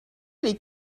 les